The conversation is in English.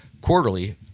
quarterly